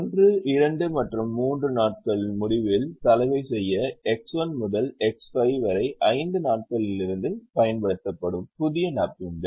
1 2 மற்றும் 3 நாட்களின் முடிவில் சலவை செய்ய X1 முதல் X5 வரை 5 நாட்களில் இருந்து பயன்படுத்தப்படும் புதிய நாப்கின்கள்